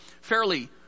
fairly